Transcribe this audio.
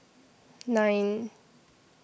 nine